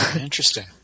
Interesting